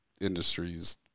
industries